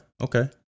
Okay